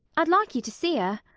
i'd like you to see her.